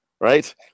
right